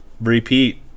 repeat